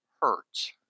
hurts